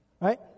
Right